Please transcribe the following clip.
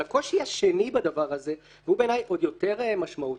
הקושי השני בדבר הזה הוא בעיני עוד יותר משמעותי,